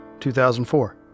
2004